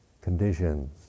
conditions